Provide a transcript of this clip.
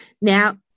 Now